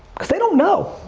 they don't know.